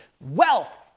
wealth